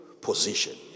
position